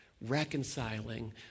reconciling